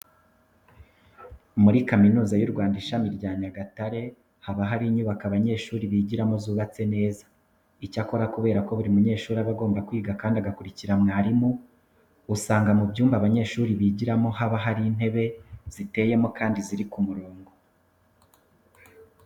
Muri Kaminuza y'u Rwanda, ishami rya Nyagatare haba hari inyubako abanyeshuri bigiramo zubatse neza. Icyakora kubera ko buri munyeshuri aba agomba kwiga kandi agakurikira mwarimu, usanga mu byumba abanyeshuri bigiramo haba hari intebe ziteyemo kandi ziri ku mirongo.